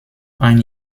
ein